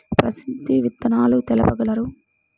ప్రసిద్ధ విత్తనాలు తెలుపగలరు?